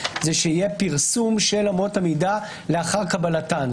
שיהיה פרסום של אמות המידה לאחר קבלתן.